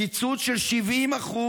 קיצוץ של 70%